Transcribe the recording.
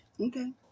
Okay